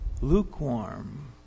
lukewarm